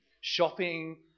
shopping